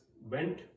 went